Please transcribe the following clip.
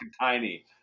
tiny